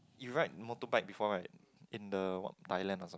you ride motorbike before right in the what Thailand or some